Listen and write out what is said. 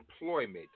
employment